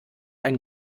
ein